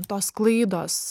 tos klaidos